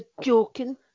joking